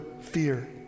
fear